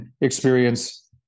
experience